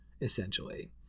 essentially